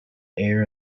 air